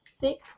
six